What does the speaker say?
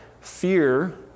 fear